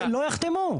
לא יחתמו.